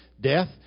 death